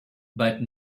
but